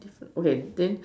okay then